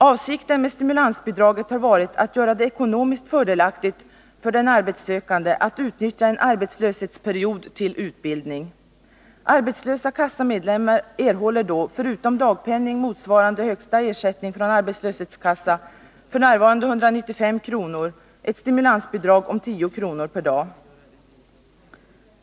Avsikten med stimulansbidraget har varit att göra det ekonomiskt fördelaktigt för den arbetssökande att utnyttja en arbetslöshetsperiod till utbildning. Arbetslösa kassamedlemmar erhåller då förutom dagpenning motsvarande högsta ersättning från arbetslöshetskassan, f.n. 195 kr., ett stimulansbidrag om 10 kr./dag.